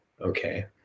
Okay